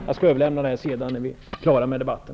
Jag skall överlämna utklippet när vi är klara med debatten.